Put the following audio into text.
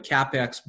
CapEx